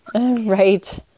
Right